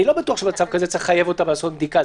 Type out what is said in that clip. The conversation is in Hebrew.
אני לא בטוח שמצב כזה יכול לחייב אותם לעשות בדיקה.